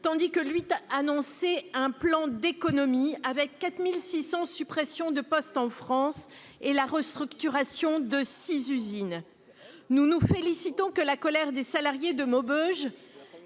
tandis que ce groupe annonçait un plan d'économie prévoyant 4 600 suppressions de postes en France et la restructuration de 6 usines. Nous nous félicitons que la colère des salariés de Maubeuge